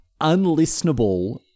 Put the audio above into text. unlistenable